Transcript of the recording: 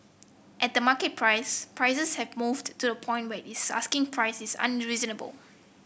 at the market price prices have moved to a point where this asking prices is not unreasonable